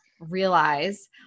realize